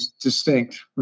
distinct